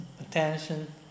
attention